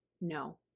no